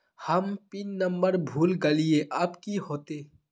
हम pin number भूल गलिऐ अब की होते?